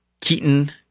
Keaton